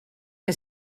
que